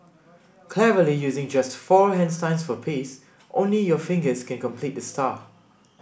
cleverly using just four hand signs for peace only your fingers can complete the star